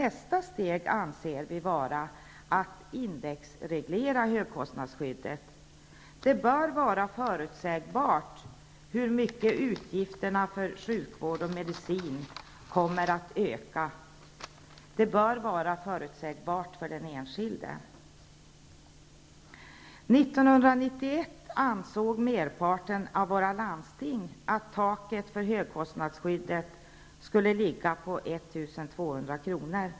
Nästa steg bör vara att indexreglera högkostnadsskyddet. Det bör vara förutsägbart för den enkilde hur mycket utgifterna för sjukvård och medicin kommer att öka. r 1991 ansåg flertalet av våra landsting att taket för högkostnadsskyddet skulle ligga på 1 200 kr.